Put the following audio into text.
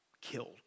killed